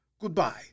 goodbye